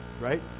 right